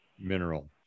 mineral